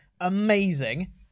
Amazing